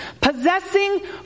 Possessing